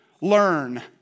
Learn